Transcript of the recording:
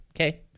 okay